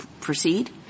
proceed